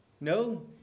No